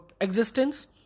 existence